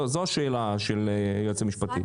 זו השאלה של היועץ המשפטי.